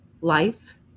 life